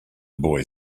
boy